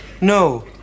No